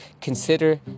Consider